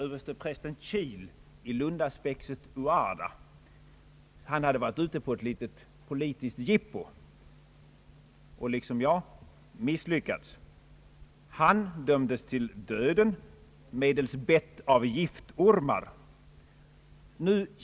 Översteprästen Chil i lundaspexet Uarda hade varit ute på ett litet politiskt jippo och liksom jag misslyckats. Han dömdes till döden medelst bett av giftormar.